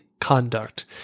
Conduct